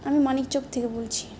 আমি মানিক চক থেকে বলছি